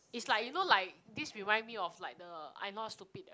is like you know like this remind me of like the I not stupid that one